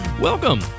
Welcome